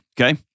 Okay